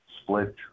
split